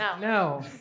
no